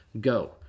go